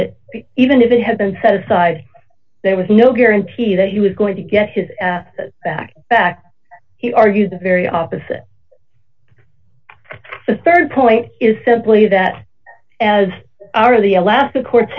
that even if it had been set aside there was no guarantee that he was going to get his ass back back he argues the very opposite the rd point is simply that as part of the alaska court